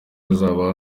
hazaba